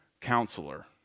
Counselor